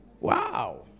Wow